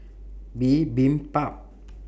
Bibimbap